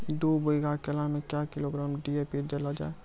दू बीघा केला मैं क्या किलोग्राम डी.ए.पी देले जाय?